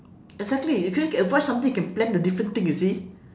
exactly if you can avoid something you can plan a different thing you see